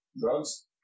Drugs